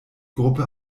gruppe